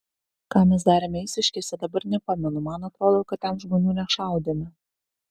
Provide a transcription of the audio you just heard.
ką mes darėme eišiškėse dabar nepamenu man atrodo kad ten žmonių nešaudėme